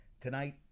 tonight